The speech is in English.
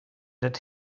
that